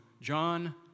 John